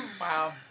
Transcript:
Wow